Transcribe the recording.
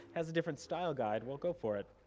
has a different style guide, well go for it.